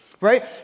right